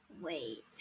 Wait